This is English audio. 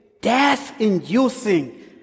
death-inducing